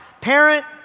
Parent